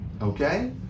Okay